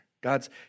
God's